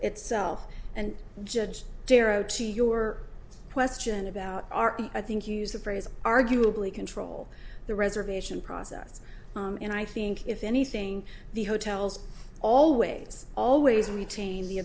itself and judge darrow to your question about our i think you use the phrase arguably control the reservation process and i think if anything the hotels always always retain the